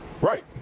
Right